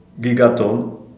gigaton